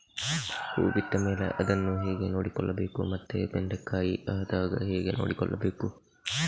ಹೂ ಬಿಟ್ಟ ಮೇಲೆ ಅದನ್ನು ಹೇಗೆ ನೋಡಿಕೊಳ್ಳಬೇಕು ಮತ್ತೆ ಬೆಂಡೆ ಕಾಯಿ ಆದಾಗ ಹೇಗೆ ನೋಡಿಕೊಳ್ಳಬೇಕು?